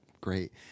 great